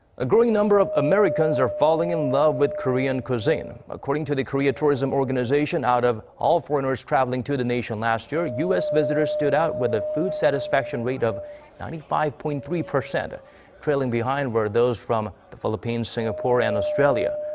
a growing number of americans are falling in love with korean cuisine. according to the korea tourism organization. out of all foreigners travelling to the nation last year. u s. visitors stood out with a food satisfaction rate of ninety five point three percent. ah trailing behind were visitors from the philippines, singapore and australia.